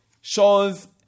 shows